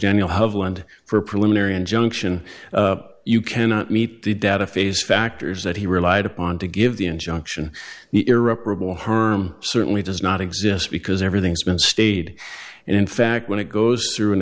and for a preliminary injunction you cannot meet the data face factors that he relied upon to give the injunction the irreparable harm certainly does not exist because everything's been stayed and in fact when it goes through an